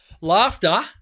laughter